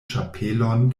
ĉapelon